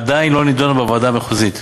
עדיין לא נדונה בוועדה המחוזית,